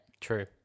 True